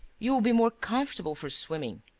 you will be more comfortable for swimming.